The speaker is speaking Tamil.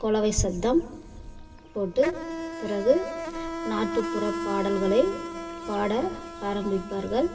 குலவை சப்தம் போட்டு பிறகு நாட்டுப்புற பாடல்களை பாட ஆரம்பிப்பார்கள்